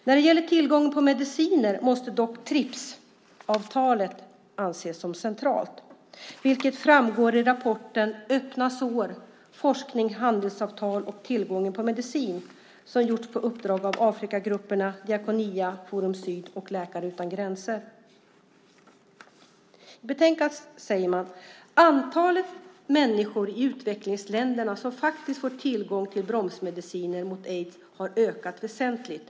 När det gäller tillgången på mediciner måste dock TRIPS-avtalet ses som centralt, vilket framgår av rapporten Öppna sår - forskning, handelsavtal och tillgången på medicin som gjorts på uppdrag av Afrikagrupperna, Diakonia, Forum Syd och Läkare Utan Gränser. I betänkandet skriver man: "Antalet människor i utvecklingsländerna som faktiskt får tillgång till bromsmediciner mot aids har ökat väsentligt."